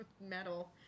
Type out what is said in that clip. metal